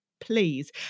please